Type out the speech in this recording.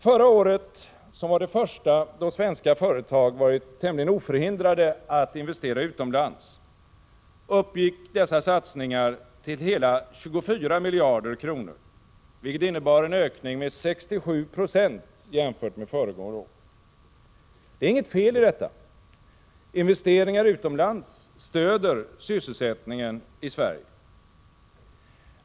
Förra året, som var det första då svenska företag varit tämligen oförhindrade att investera utomlands, uppgick dessa satsningar till hela 24 miljarder kronor, vilket innebar en ökning med 67 96 jämfört med föregående år. Det är inget fel i detta —- investeringar utomlands stöder sysselsättningen i Sverige.